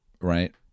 right